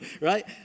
right